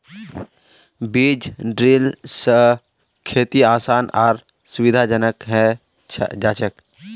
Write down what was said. बीज ड्रिल स खेती आसान आर सुविधाजनक हैं जाछेक